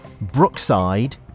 Brookside